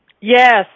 Yes